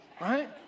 right